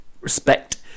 respect